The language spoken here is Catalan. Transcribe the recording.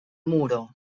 muro